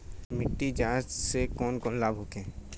मिट्टी जाँच से कौन कौनलाभ होखे?